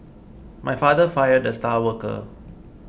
my father fired the star worker